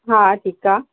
हा ठीक आहे